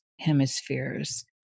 hemispheres